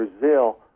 Brazil